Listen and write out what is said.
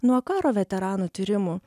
nuo karo veteranų tyrimų